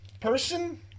person